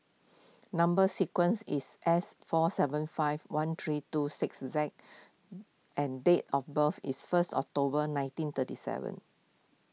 Number Sequence is S four seven five one three two six Z and date of birth is first October nineteen thirty seven